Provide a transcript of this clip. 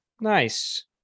Nice